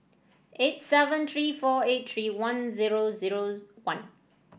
eight seven three four eight three one zero zero one